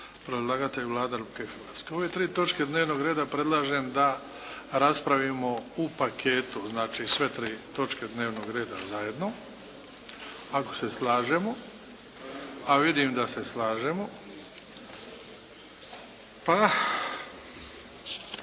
Predlagatelj Vlada Republike Hrvatske. Ove tri točke dnevnog rada predlažem da raspravimo u paketu. Znači sve tri točke dnevnog reda zajedno, ako se slažemo, a vidim da se slažemo.